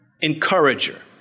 encourager